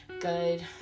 good